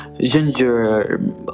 Ginger